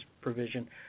provision